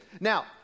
Now